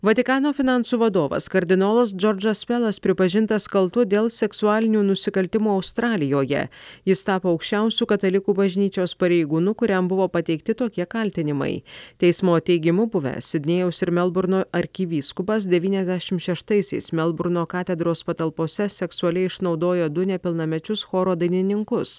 vatikano finansų vadovas kardinolas džordžas velas pripažintas kaltu dėl seksualinių nusikaltimų australijoje jis tapo aukščiausiu katalikų bažnyčios pareigūnu kuriam buvo pateikti tokie kaltinimai teismo teigimu buvęs sidnėjaus ir melburno arkivyskupas devyniasdešimt šeštaisiais melburno katedros patalpose seksualiai išnaudojo du nepilnamečius choro dainininkus